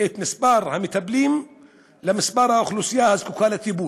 את מספר המטפלים לאוכלוסייה הזקוקה לטיפול.